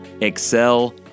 excel